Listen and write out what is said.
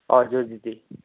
हजुर दिदी